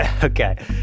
Okay